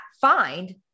find